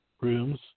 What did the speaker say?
rooms